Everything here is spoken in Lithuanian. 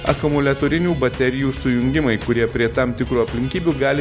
akumuliatorinių baterijų sujungimai kurie prie tam tikrų aplinkybių gali